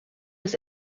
des